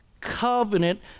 covenant